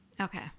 Okay